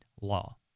law